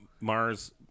Mars